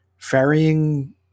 Ferrying